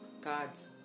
God's